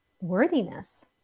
worthiness